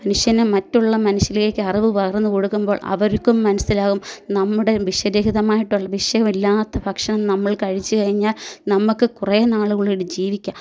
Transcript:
മനുഷ്യനെ മറ്റുള്ള മനുഷ്യരിലേക്ക് അറിവ് പകർന്നു കൊടുക്കുമ്പോൾ അവർക്കും മനസ്സിലാവും നമ്മുടെ വിഷരഹിതമായിട്ടുള്ള വിഷമില്ലാത്ത ഭക്ഷണം നമ്മൾ കഴിച്ചു കഴിഞ്ഞാൽ നമ്മൾക്ക് കുറേ നാൾ കൂടി ഇവിടെ ജീവിക്കാം